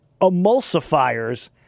emulsifiers